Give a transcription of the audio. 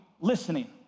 listening